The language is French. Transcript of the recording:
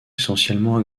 essentiellement